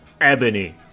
Ebony